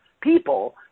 people